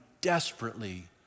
desperately